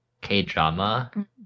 K-drama